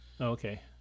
Okay